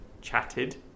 chatted